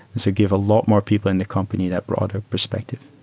so give a lot more people in the company that broader perspective.